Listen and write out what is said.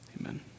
Amen